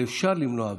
ואפשר למנוע,